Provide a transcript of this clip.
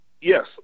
Yes